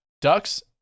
Ducks